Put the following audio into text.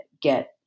get